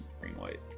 green-white